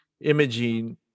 imaging